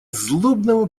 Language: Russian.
злобного